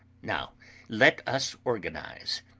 now let us organize.